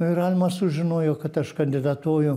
nu ir alma sužinojo kad aš kandidatuoju